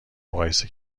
مقایسه